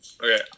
Okay